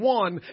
one